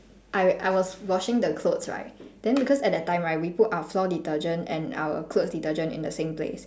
I I was washing the clothes right then because at that time right we put our floor detergent and our clothes detergent in the same place